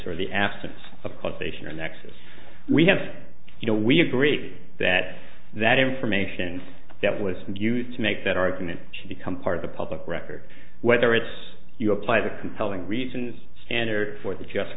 nexus or the absence of causation or nexus we have you know we agree that that information that was used to make that argument should become part of the public record whether it's you apply the compelling reasons standard for the just